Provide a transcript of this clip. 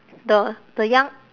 the the young